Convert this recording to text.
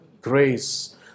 grace